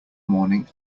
morning